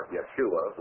Yeshua